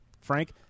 Frank